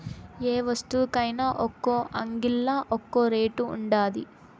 యే వస్తువుకైన ఒక్కో అంగిల్లా ఒక్కో రేటు ఉండాది